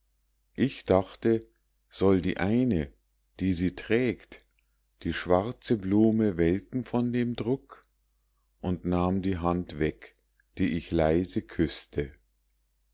ich dachte soll die eine die sie trägt die schwarze blume welken von dem druck und nahm die hand weg die ich leise küßte